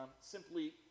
simply